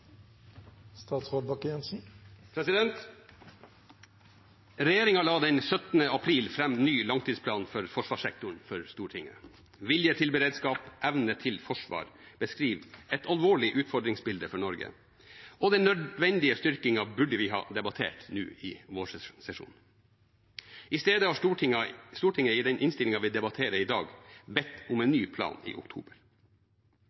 la den 17. april fram ny langtidsplan for forsvarssektoren for Stortinget: Vilje til beredskap – evne til forsvar. Den beskriver et alvorlig utfordringsbilde for Norge, og den nødvendige styrkingen burde vi ha debattert nå i vårsesjonen. I stedet har Stortinget i den innstillingen vi debatterer i dag, bedt om en